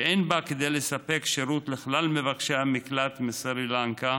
שאין בה לספק שירות לכלל מבקשי המקלט מסרילנקה.